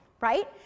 right